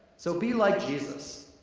so be like jesus.